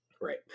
Right